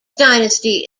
dynasty